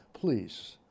Please